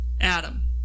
Adam